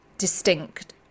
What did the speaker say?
Distinct